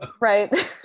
Right